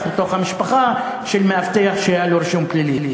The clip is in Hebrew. בתוך המשפחה של מאבטח שהיה לו רישום פלילי.